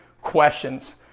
questions